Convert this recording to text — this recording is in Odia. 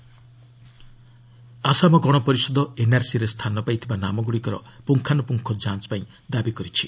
ଆସାମ ଏନ୍ଆର୍ସି ଆସାମ ଗଣପରିଷଦ ଏନ୍ଆର୍ସି ରେ ସ୍ଥାନ ପାଇଥିବା ନାମଗୁଡ଼ିକର ପୁଙ୍ଗାନ୍ଦ୍ରପୁଙ୍ଗ ଯାଞ୍ଚ ପାଇଁ ଦାବି କରିଛି